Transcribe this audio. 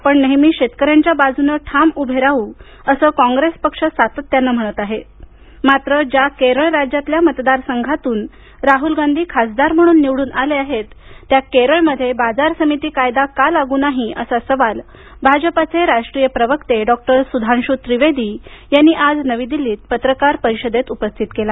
आपण नेहेमी शेतकऱ्यांच्या बाजूनं ठाम उभे राहू असं काँग्रेस पक्ष सातत्यानं म्हणत आहे मात्र ज्या केरळ राज्यातल्या मतदार संघातून राहुल गांधी खासदार म्हणून निवडून आले आहेत त्या केरळ मध्ये बाजार समिती कायदा का लागू नाही असा सवाल भाजपाचे राष्ट्रीय प्रवक्ते डॉ सुधांशू त्रिवेदी यांनी आज नवी दिल्लीत पत्रकार परिषदेत केला